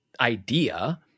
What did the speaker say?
idea